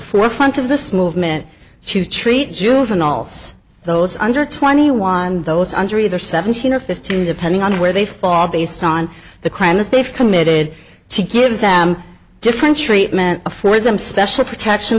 forefront of this movement to treat juveniles those under twenty one and those under either seventeen or fifteen depending on where they fall based on the crime a thief committed to give them different treatment afforded them special protection